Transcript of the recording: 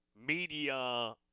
media